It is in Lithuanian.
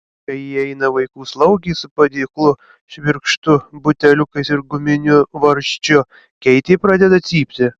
kai įeina vaikų slaugė su padėklu švirkštu buteliukais ir guminiu varžčiu keitė pradeda cypti